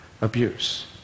abuse